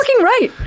right